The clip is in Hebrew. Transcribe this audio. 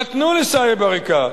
נתנו לסאיב עריקאת,